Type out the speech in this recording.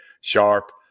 Sharp